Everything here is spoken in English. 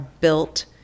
built